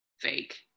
fake